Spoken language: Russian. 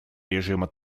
режима